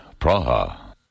Praha